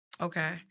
Okay